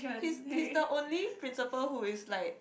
he's he's the only principal who is like